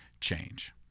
change